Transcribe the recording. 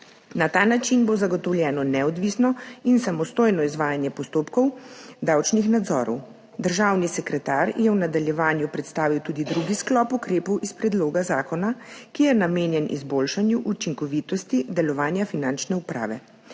Na ta način bo zagotovljeno neodvisno in samostojno izvajanje postopkov davčnih nadzorov. Državni sekretar je v nadaljevanju predstavil tudi drugi sklop ukrepov iz predloga zakona, ki je namenjen izboljšanju učinkovitosti delovanja finančne uprave.